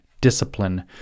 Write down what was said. discipline